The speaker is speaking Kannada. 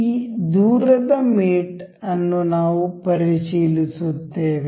ಈ ದೂರದ ಮೇಟ್ ಅನ್ನು ನಾವು ಪರಿಶೀಲಿಸುತ್ತೇವೆ